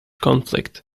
conflict